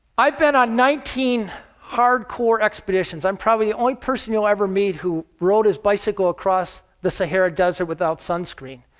i've been on nineteen hardcore expeditions. i'm probably the only person you'll ever meet who rode his bicycle across the sahara desert without sunscreen.